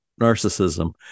narcissism